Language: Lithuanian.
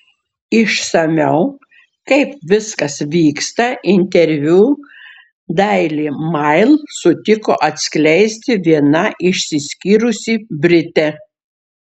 išsamiau kaip viskas vyksta interviu daily mail sutiko atskleisti viena išsiskyrusi britė